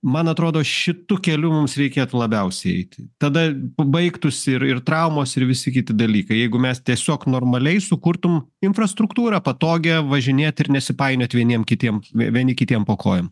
man atrodo šitu keliu mums reikėtų labiausiai eiti tada baigtųsi ir ir traumos ir visi kiti dalykai jeigu mes tiesiog normaliai sukurtum infrastruktūrą patogią važinėti ir nesipainioti vieniem kitiem vieni kitiem po kojom